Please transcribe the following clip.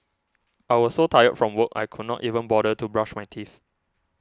I was so tired from work I could not even bother to brush my teeth